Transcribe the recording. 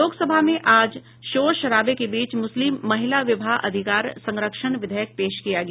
लोकसभा में आज शोर शराबे के बीच मुस्लिम महिला विवाह अधिकार संरक्षण विधेयक पेश किया गया